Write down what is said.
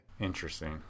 Interesting